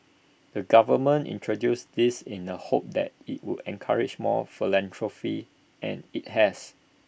the government introduced this in the hope that IT would encourage more philanthropy and IT has